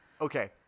okay